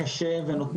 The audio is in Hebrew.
זה דבר אחד.